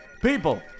People